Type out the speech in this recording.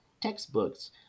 textbooks